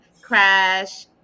crash